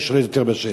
מי שולט יותר בשטח.